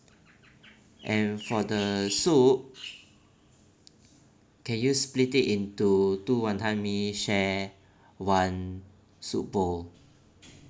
and for the soup can you split it into two wanton mee share one soup bowl